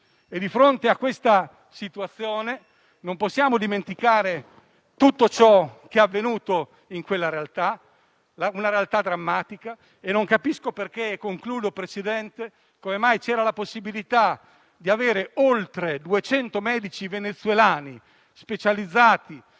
e, di fronte a questa situazione, non possiamo dimenticare tutto ciò che è avvenuto in quella realtà, che è drammatica. E non capisco perché, nonostante ci fosse la possibilità di avere oltre 200 medici venezuelani specializzati